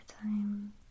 time